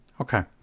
okay